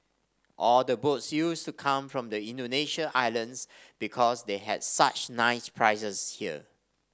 all the boats used to come from the Indonesian islands because they had such nice prizes here